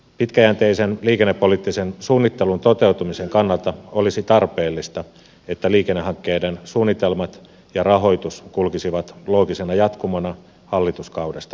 pitkäjänteisen liikennepoliittisen suunnittelun toteutumisen kannalta olisi tarpeellista että liikennehankkeiden suunnitelmat ja rahoitus kulkisivat loogisena jatkumona hallituskaudesta toiseen